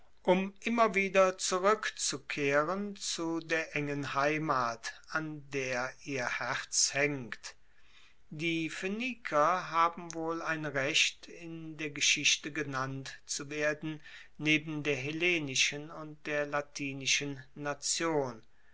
um immer wieder zurueckzukehren zu der engen heimat an der ihr herz haengt die phoeniker haben wohl ein recht in der geschichte genannt zu werden neben der hellenischen und der latinischen nation